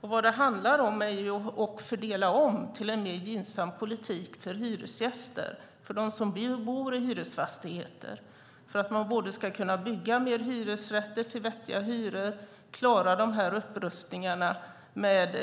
Vad det handlar om är att fördela om till en ny gynnsam politik för hyresgäster, för dem som vill bo i hyresfastigheter, för att man både ska kunna bygga mer hyresrätter till vettiga hyror och klara upprustningarna med